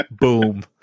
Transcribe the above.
boom